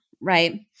right